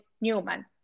Newman